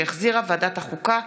שהחזירה ועדת החוקה,